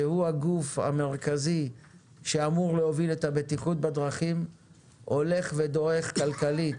שהוא הגוף המרכזי שאמור להוביל את הבטיחות בדרכים הולך ודועך כלכלית,